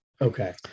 okay